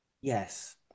Yes